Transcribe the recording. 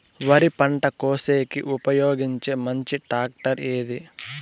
వరి పంట కోసేకి ఉపయోగించే మంచి టాక్టర్ ఏది?